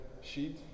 sheet